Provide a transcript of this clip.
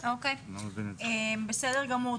אוקיי, בסדר גמור.